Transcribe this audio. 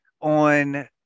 on